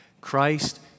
Christ